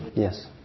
Yes